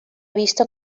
vista